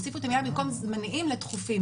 הוסיפו את המילה במקום 'זמניים' ל'דחופים'.